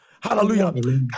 hallelujah